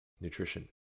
nutrition